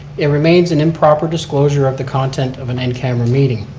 it remains an improper disclosure of the content of an in camera meeting.